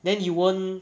then you won't